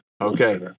Okay